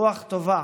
רוח טובה